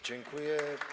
Dziękuję.